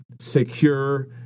secure